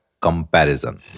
comparison